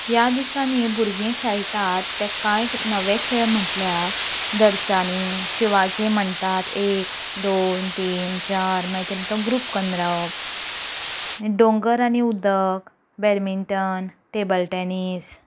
ह्या दिसांनी भुरगीं खेळटात ते कांय नवे खेळ म्हणल्यार धरच्यांनी शिवाजी म्हणटात एक दोन तीन चार मागीर तांचो ग्रुप करून रावप दोंगर आनी उदक बँडमिंटन टेबल टेनीस